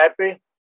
happy